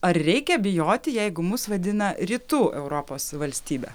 ar reikia bijoti jeigu mus vadina rytų europos valstybe